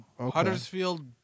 Huddersfield